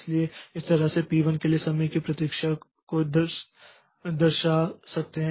इसलिए इस तरह से P1 के लिए समय की प्रतीक्षा को दरशा सकते हैं